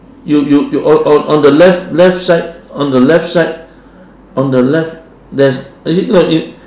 you you you on on on the left left side on the left side on the left there's is it no you